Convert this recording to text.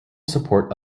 support